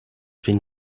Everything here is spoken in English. been